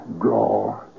draw